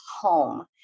home